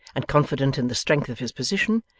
and confident in the strength of his position,